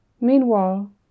Meanwhile